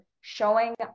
showing